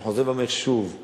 אני חוזר ואומר שוב,